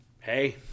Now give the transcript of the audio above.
Hey